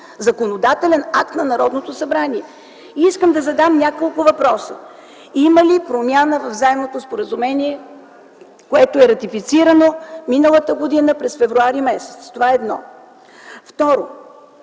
законодателен акт на Народното събрание. Искам да задам няколко въпроса: има ли промяна в заемното споразумение, което е ратифицирано миналата година през февруари месец? Това едно. Второ,